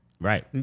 Right